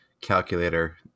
calculator